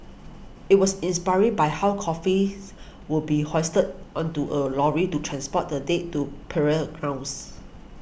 it was inspired by how coffins would be hoisted onto a lorry to transport the date to burial grounds